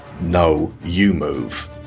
no-you-move